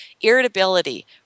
irritability